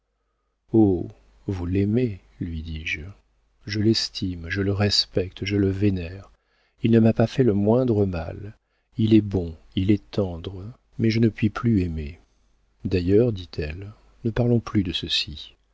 vous l'aimez lui dis-je je l'estime je le respecte je le vénère il ne m'a pas fait le moindre mal il est bon il est tendre mais je ne puis plus aimer d'ailleurs dit-elle ne parlons plus de ceci